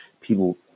People